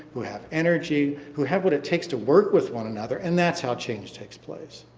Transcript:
who have energy, who have what it takes to work with one another. and that's how change takes place.